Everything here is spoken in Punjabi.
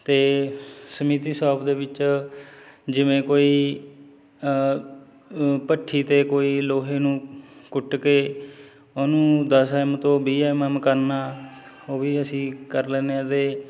ਅਤੇ ਸਮਿਤੀ ਸ਼ੋਪ ਦੇ ਵਿੱਚ ਜਿਵੇਂ ਕੋਈ ਭੱਠੀ ਅਤੇ ਕੋਈ ਲੋਹੇ ਨੂੰ ਕੁੱਟ ਕੇ ਉਹਨੂੰ ਦਸ ਐੱਮ ਤੋਂ ਵੀਹ ਐੱਮ ਐੱਮ ਕਰਨਾ ਉਹ ਵੀ ਅਸੀਂ ਕਰ ਲੈਂਦੇ ਹਾਂ ਅਤੇ